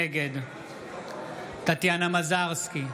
נגד טטיאנה מזרסקי,